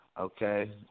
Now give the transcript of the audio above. okay